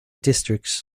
districts